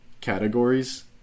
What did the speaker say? categories